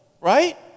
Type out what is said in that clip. Right